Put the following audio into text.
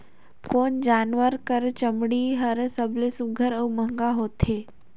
कोन जानवर कर चमड़ी हर सबले सुघ्घर और महंगा होथे?